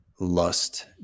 lust